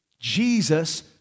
Jesus